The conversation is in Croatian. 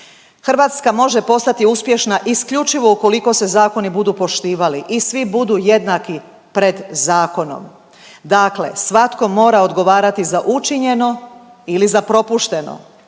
Hrvatska može postati uspješna isključivo ukoliko se zakoni budu poštivali i svi budu jednaki pred zakonom. Dakle, svatko mora odgovarati za učinjeno ili za propušteno,